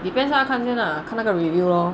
depends lah 看先 lah 看那个 review lor